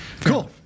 Cool